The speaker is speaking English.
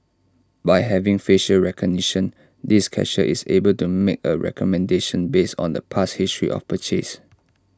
by having facial recognition this cashier is able to make A recommendation based on the past history of purchase